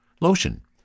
Lotion